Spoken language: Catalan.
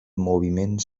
moviment